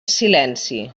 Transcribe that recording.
silenci